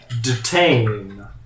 detain